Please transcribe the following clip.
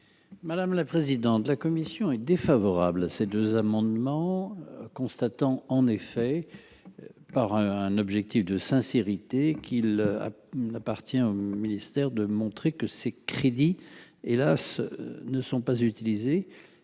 Madame la présidente de la commission est défavorable à ces deux amendements constatant en effet par un objectif de sincérité qu'il n'appartient au ministère de montrer que ces crédits et là ce ne sont pas utilisés